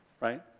Right